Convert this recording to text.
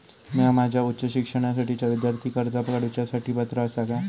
म्या माझ्या उच्च शिक्षणासाठीच्या विद्यार्थी कर्जा काडुच्या साठी पात्र आसा का?